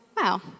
wow